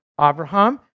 Abraham